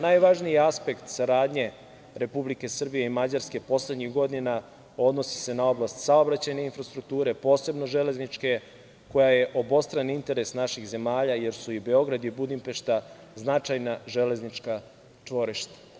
Najvažniji aspekt saradnje Republike Srbije i Mađarske poslednjih godina odnosi se na oblast saobraćajne infrastrukture, posebno železničke koja je obostrani interes naših zemalja, jer su i Beograd i Budimpešta značajna železnička čvorišta.